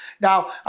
now